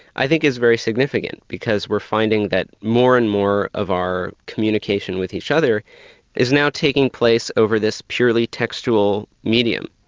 i think is very significant, because we're finding that more and more of our communication with each other is now taking place over this purely textual medium.